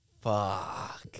Fuck